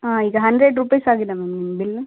ಹಾಂ ಈಗ hundred rupees ಆಗಿದೆ ಮ್ಯಾಮ್ ನಿಮ್ಮ ಬಿಲ್